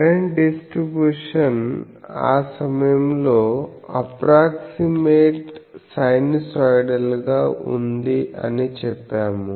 current distribution ఆ సమయంలో sinusoidal గా ఉంది అని చెప్పాము